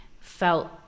felt